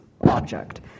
object